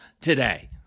today